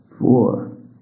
Four